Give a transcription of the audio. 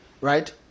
right